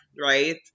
Right